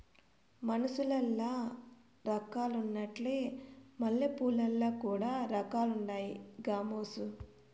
మనుసులల్ల రకాలున్నట్లే మల్లెపూలల్ల కూడా రకాలుండాయి గామోసు